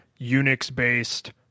Unix-based